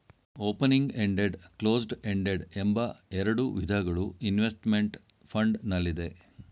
opening ended, closed ended ಎಂಬ ಎರಡು ವಿಧಗಳು ಇನ್ವೆಸ್ತ್ಮೆಂಟ್ ಫಂಡ್ ನಲ್ಲಿದೆ